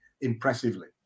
impressively